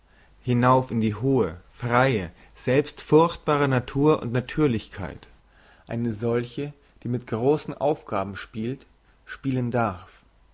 hinauf in die hohe freie selbst furchtbare natur und natürlichkeit eine solche die mit grossen aufgaben spielt spielen darf